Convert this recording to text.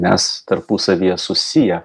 mes tarpusavyje susiję